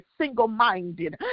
single-minded